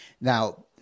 Now